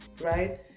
Right